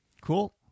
Cool